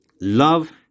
Love